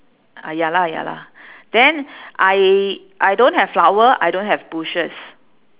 ah ya lah ya lah then I I don't have flower I don't have bushes